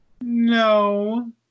No